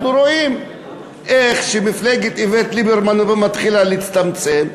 אנחנו רואים איך מפלגת איווט ליברמן מתחילה להצטמצם,